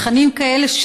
תכנים כאלה,